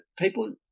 people